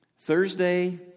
Thursday